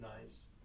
nice